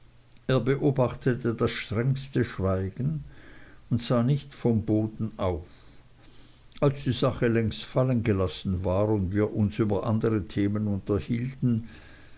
er beobachtete das strengste schweigen und sah nicht vom boden auf als die sache längst fallen gelassen war und wir uns über andere themen unterhielten